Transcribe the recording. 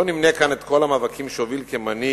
לא נמנה כאן את כל המאבקים שהוביל כמנהיג,